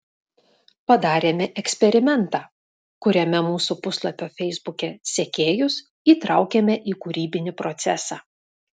padarėme eksperimentą kuriame mūsų puslapio feisbuke sekėjus įtraukėme į kūrybinį procesą